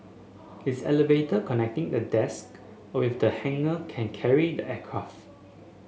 its elevator connecting the desk with the hangar can carry the aircraft